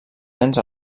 nens